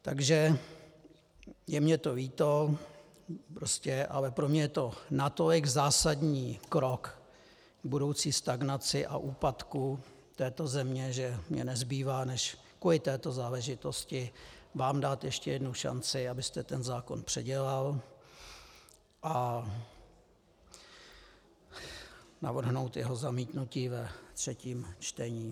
Takže je mi to líto, ale pro mě je to natolik zásadní krok k budoucí stagnaci a úpadku této země, že mi nezbývá, než kvůli této záležitosti vám dát ještě jednu šanci, abyste ten zákon předělal, a navrhnout jeho zamítnutí ve třetím čtení.